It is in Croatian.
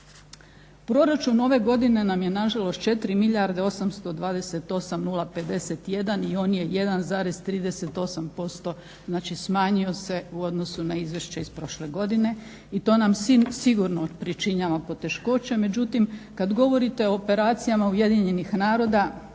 Proračun ove godine nam je nažalost 4 828 051 i on je 1,38%, znači smanjio se u odnosu na izvješće iz prošle godine i to nam sigurno pričinjava poteškoće. Međutim, kad govorite o operacijama Ujedinjenih naroda